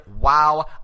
Wow